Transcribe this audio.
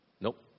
Nope